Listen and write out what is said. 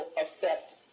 Accept